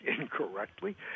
incorrectly